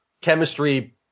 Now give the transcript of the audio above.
chemistry